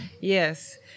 Yes